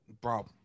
bro